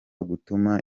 gutuma